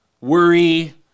worry